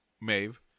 Maeve